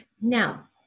Now